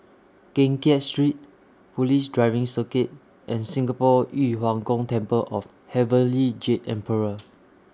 Keng Kiat Street Police Driving Circuit and Singapore Yu Huang Gong Temple of Heavenly Jade Emperor